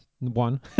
One